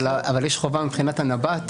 אבל יש חובה מבחינת הנב"ת,